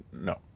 No